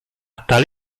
tal